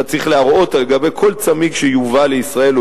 אתה צריך להראות לגבי כל צמיג שיובא לישראל,